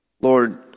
Lord